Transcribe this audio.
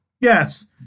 Yes